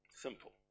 Simple